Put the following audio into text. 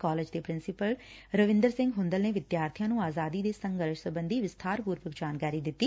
college ਦੇ principal Ravinder Singh Hundal ਨੇ ਵਿਦਿਆਰਬੀਆਂ ਨੂੰ ਆਜ਼ਾਦੀ ਦੇ ਸੰਘਰਸ਼ ਸਬੰਧੀ ਵਿਸਬਾਰ ਪੂਰਵਕ ਜਾਣਕਾਰੀ ਦਿੱਤੀ